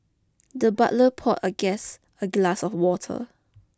the butler pour a guest a glass of water